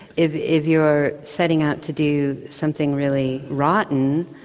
if if you're setting out to do something really rotten,